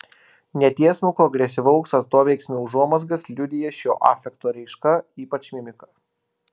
netiesmuko agresyvaus atoveiksmio užuomazgas liudija šio afekto raiška ypač mimika